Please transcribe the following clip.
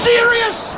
Serious